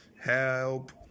Help